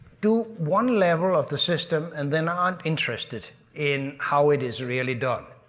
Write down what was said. do one level of the system and then aren't interested in how it is really done.